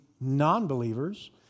non-believers